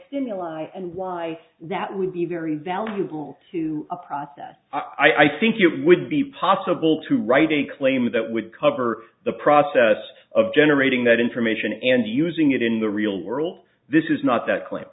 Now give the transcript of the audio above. stimuli and why that would be very valuable to a process i think you would be possible to write a claim that would cover the process of generating that information and using it in the real world this is not that